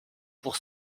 pour